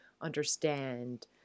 understand